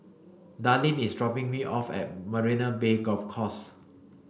Darleen is dropping me off at Marina Bay Golf Course